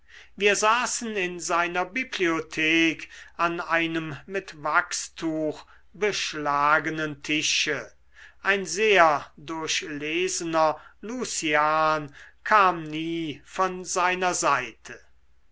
wir saßen in seiner bibliothek an einem mit wachstuch beschlagenen tische ein sehr durchlesener lucian kam nie von seiner seite